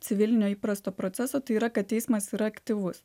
civilinio įprasto proceso tai yra kad teismas yra aktyvus